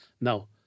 Now